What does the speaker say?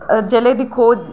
जिसलै दिक्खो